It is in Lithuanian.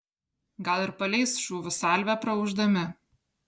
gal ir paleis šūvių salvę praūždami